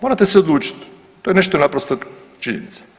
Morate se odlučit, to je nešto naprosto činjenica.